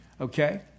okay